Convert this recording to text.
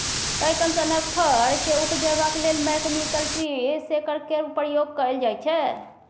पैकन सनक फर केँ उपजेबाक लेल मैकनिकल ट्री शेकर केर प्रयोग कएल जाइत छै